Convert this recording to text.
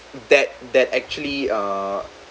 that that actually uh